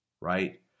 right